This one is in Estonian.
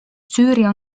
süüria